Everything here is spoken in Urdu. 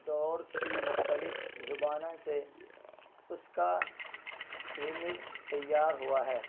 دور کی مختلف زبانوں سے اس کا خمیر تیار ہوا ہے